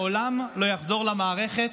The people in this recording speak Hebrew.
לעולם לא יחזור למערכת.